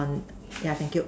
yeah thank you